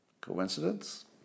Coincidence